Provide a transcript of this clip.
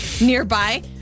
nearby